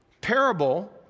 parable